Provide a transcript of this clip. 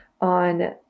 on